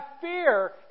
fear